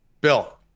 bill